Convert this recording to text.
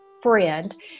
friend